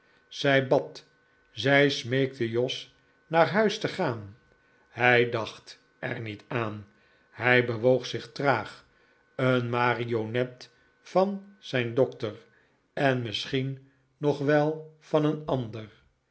zij bad zij smeekte jos naar huis te gaan hij dacht er niet aan hij bewoog zich traag een marionet van zijn dokter en misschien nog wel van een ander